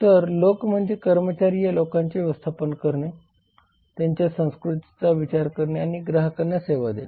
तर लोक म्हणजे कर्मचारी या लोकांचे व्यवस्थापन करणे त्यांच्या संस्कृतीचा विचार करणे आणि ग्राहकांना सेवा देणे